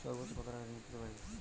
সর্বোচ্চ কত টাকা ঋণ পেতে পারি?